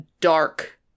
dark